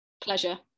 Pleasure